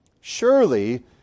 Surely